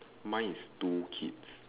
mine is two kids